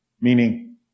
Meaning